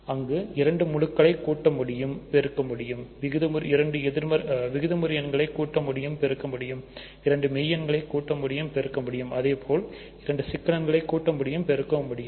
அங்கு இரண்டு முழுக்களை கூட்ட முடியும் பெருக்கமுடியும் இரண்டு விகிதமுறு எண்களை கூட்ட முடியும் பெருக்கமுடியும் இரண்டு மெய்யெண்களை கூட்ட முடியும் பெருக்கமுடியும் அதேபோல இரண்டு சிக்கலெண்களை கூட்ட முடியும் பெருக்கமுடியும்